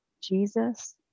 Jesus